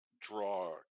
draw